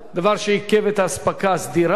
דבר שעיכב את האספקה הסדירה,